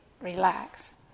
relax